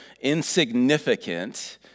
insignificant